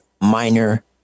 minor